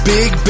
Big